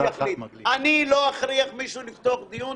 אני לא אכריח מישהו לפתוח דיון.